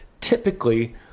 Typically